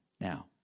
Now